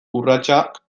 urratsak